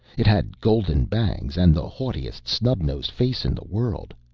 it had golden bangs and the haughtiest snub-nosed face in the world.